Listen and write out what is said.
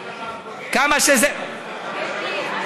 מרכולים?